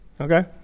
Okay